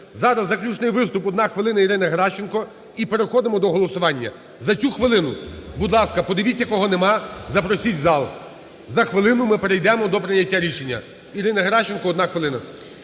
зараз заключний виступ, одна хвилина Ірини Геращенко, і переходимо до голосування. За цю хвилину, будь ласка, подивіться, кого нема, запросіть в зал, за хвилину ми перейдемо до прийняття рішення. Ірина Геращенко, одна хвилина.